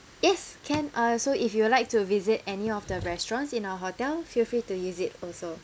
yes can uh so if you would like to visit any of the restaurants in our hotel feel free to use it also